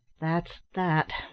that's that,